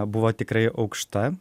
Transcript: buvo tikrai aukšta